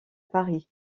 paris